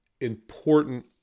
important